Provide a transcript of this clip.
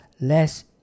less